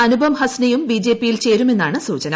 അനുപം ഹസ്നയും ബിജെപിയിൽ ചേരുമെന്നാണ് സൂചന